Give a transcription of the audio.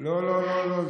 לא, לא, לא, לא.